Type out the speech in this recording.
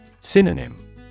Synonym